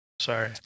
sorry